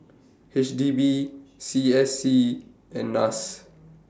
H D B C S C and Nas